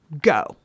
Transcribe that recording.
go